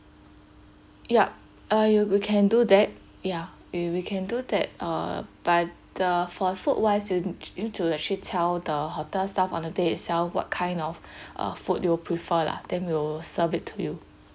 yup uh you we can do that ya we we can do that uh but the for food wise you n~ need to actually tell the hotel staff on the day itself what kind of uh food you'll prefer lah then we will serve it to you